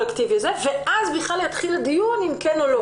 או כקולקטיבי ואז בכלל יתחיל הדיון אם כן או לא.